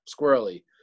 squirrely